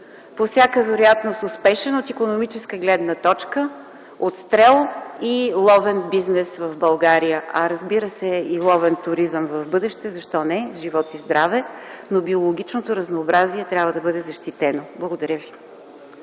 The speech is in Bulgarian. по всяка вероятност успешен от икономическа гледна точка отстрел и ловен бизнес в България. А разбира се и ловен туризъм в бъдеще – защо не, живот и здраве! Но биологичното разнообразие трябва да бъде защитено. Благодаря ви.